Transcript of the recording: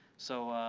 so